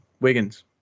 Wiggins